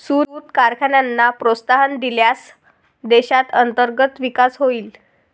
सूत कारखान्यांना प्रोत्साहन दिल्यास देशात अंतर्गत विकास होईल